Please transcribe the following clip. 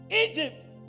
Egypt